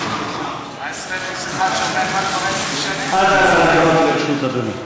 עד ארבע דקות לרשות אדוני.